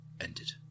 ended